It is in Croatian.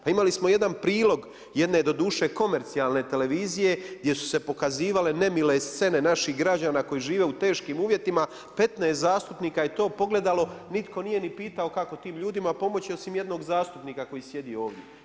Pa imali smo jedan prilog jedne doduše komercijalne televizije gdje su se pokazivale nemile scene naših građa koji žive u teškim uvjetima, 15 zastupnika je to pogledalo, nitko nije ni pitao kako tim ljudima pomoći osim jednog zastupnika koji sjedi ovdje.